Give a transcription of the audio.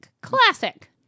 Classic